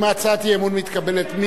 אם הצעת האי-אמון מתקבלת,